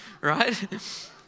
right